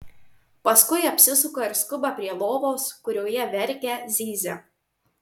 paskui apsisuka ir skuba prie lovos kurioje verkia zyzia